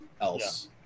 else